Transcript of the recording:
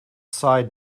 side